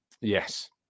Yes